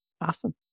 Awesome